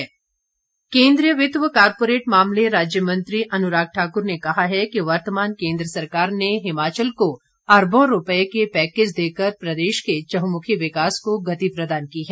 अनुराग ठाकूर केन्द्रीय वित्त व कॉरपोरेट मामले राज्य मंत्री अनुराग ठाकुर ने कहा है कि वर्तमान केन्द्र सरकार ने हिमाचल को अरबों रूपए के पैकेज देकर प्रदेश के चहुमुखी विकास को गति प्रदान की है